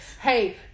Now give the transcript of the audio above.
Hey